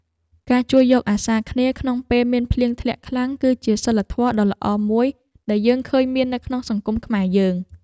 ការជួយយកអាសារគ្នាក្នុងពេលមានភ្លៀងធ្លាក់ខ្លាំង គឺជាសីលធម៌ដ៏ល្អមួយដែលយើងឃើញមាននៅក្នុងសង្គមខ្មែរយើង។